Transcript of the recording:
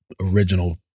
original